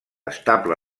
estable